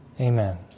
Amen